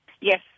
Yes